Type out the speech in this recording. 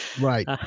Right